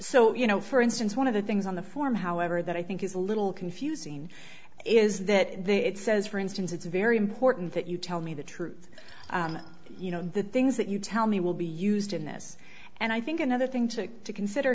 so you know for instance one of the things on the form however that i think is a little confusing is that the it says for instance it's very important that you tell me the truth the things that you tell me will be used in this and i think another thing to consider